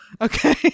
Okay